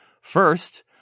First